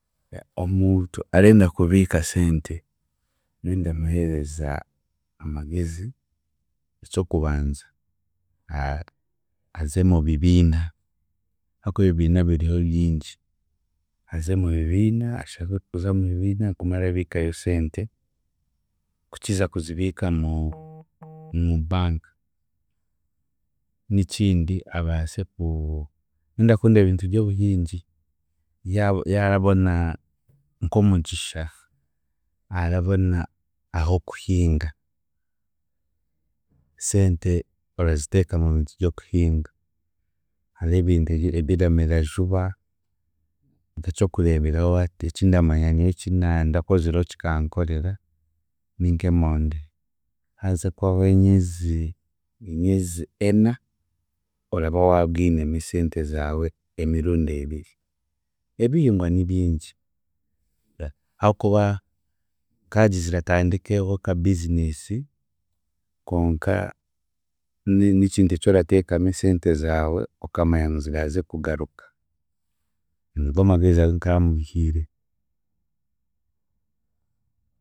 Omuntu arenda kubiika sente, nyowe ndamuheereza amagezi eky'okubanza a- aze mubibiina ahokuba ebibiina biriho bingi, aze mubibiina, ashabe kuza mubibiina agume arabiikayo sente kukiza kuzibiika mu- mu bank. N'ekindi abaase ku, nyowe ndakunda ebintu by'obuhingi yabo yaarabona nk'omugisha arabona ah'okuhinga, sente oraziteeka mu bintu by'okuhinga. Hariho ebintu ebire ebiramera juba nk'eky'okureeberaho hati ekindamanya nyowe ekinandakozireho kikankorera nink'emondi, haaza kuhwahoo nyezi, emyezi ena, oraba waabwinemu esente zaawe emirundi ebiri, ebihingwa ni bingi hakuba nkagizire atandikeho ka business konka ne- n'ekintu kyorateekamu esente zaawe okamanya ngu ziraaze kugaruka, nigo amagezi agu nkamuhiire